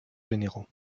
généraux